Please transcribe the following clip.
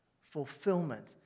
fulfillment